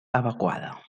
evacuada